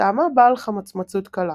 וטעמה בעל חמצמצות קלה.